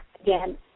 Again